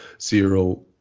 zero